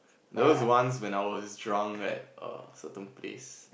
there was once when I was drunk at err certain place